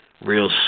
Real